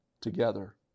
together